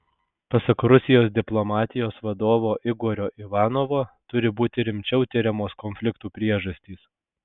pasak rusijos diplomatijos vadovo igorio ivanovo turi būti rimčiau tiriamos konfliktų priežastys